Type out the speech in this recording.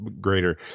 greater